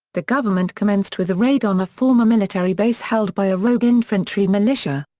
the government commenced with a raid on a former military base held by a rogue infantry militia.